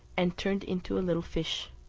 and turned into a little fish.